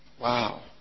Wow